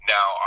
Now